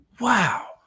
wow